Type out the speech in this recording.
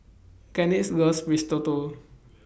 Genesis loves Risotto